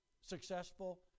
successful